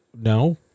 No